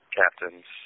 captains